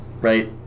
Right